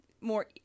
more